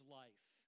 life